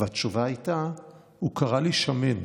והתשובה הייתה: הוא קרא לי שמן.